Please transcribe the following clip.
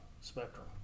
spectrum